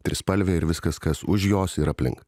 trispalvė ir viskas kas už jos ir aplink